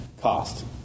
Cost